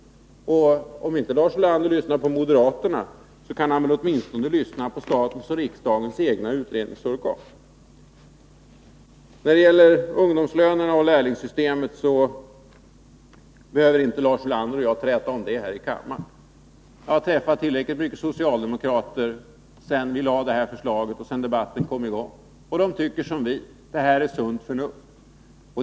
Om inte Lars Ulander vill lyssna på moderaterna, så kan han väl åtminstone lyssna på statens och riksdagens egna utredningsorgan. Ungdomslönerna och lärlingssystemet behöver inte Lars Ulander och jag träta om här i kammaren. Jag har träffat tillräckligt många socialdemokrater sedan vi lade fram förslaget och debatten kom i gång för att veta att de flesta tycker som vi, nämligen att förslaget är baserat på sunt förnuft.